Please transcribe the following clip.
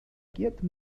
quiet